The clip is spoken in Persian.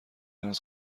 عرض